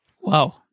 Wow